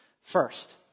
First